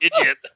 idiot